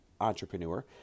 entrepreneur